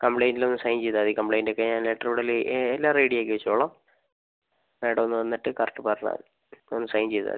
കംപ്ലൈന്റിൽ ഒന്ന് സൈൻ ചെയ്താൽ മതി കംപ്ലയിന്റ് ഒക്കെ ഞാൻ ലെറ്റർ ഇവിടെ എല്ലാം എല്ലാം റെഡി ആക്കിവെച്ചോളാം മാഡം ഒന്ന് വന്നിട്ട് കറക്റ്റ് പറഞ്ഞാൽ മതി ഒന്ന് സൈൻ ചെയ്താൽ മതി